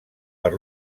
per